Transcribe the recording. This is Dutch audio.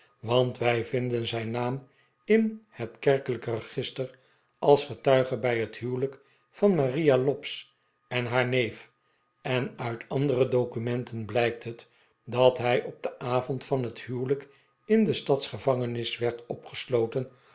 want wij vinden zijn naam in het kerkelijk register als getuige bij het huwelijk van maria lobbs en haar neef en uit andere documenten blijkt het dat hij op den avond van het huwelijk in de stadsgevangenis werd opgesloten